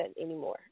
Anymore